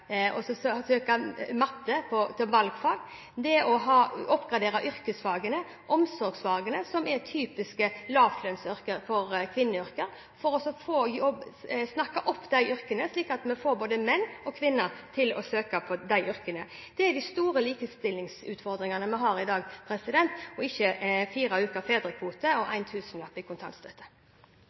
yrkesfagene og omsorgsfagene, som er typiske lavlønnsyrker, kvinneyrker, slik at vi får både menn og kvinner til å søke til disse yrkene, er de store likestillingsutfordringene vi har i dag – ikke fire uker fedrekvote og en tusenlapp mer i kontantstøtte.